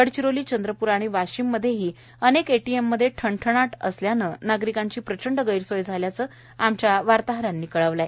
गडचिरोली चंद्रपूर आणि वाशिममध्येही अनेक एटीएममध्येही ठणठणाट असल्याने नागरिकांची गैरसोय झाल्याचे आमच्या वार्ताहरांनी कळविले आहे